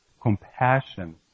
compassion